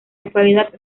actualidad